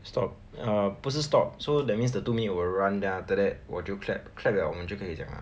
stop err 不是 stop so that means the two minutes will run then after that 我就 clap clap liao 我们就可以讲 liao